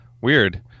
weird